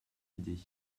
idée